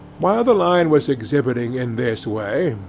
while the lion was exhibiting in this way,